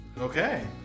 Okay